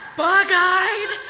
bug-eyed